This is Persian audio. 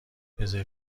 رزرو